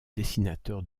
dessinateur